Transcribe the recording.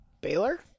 Baylor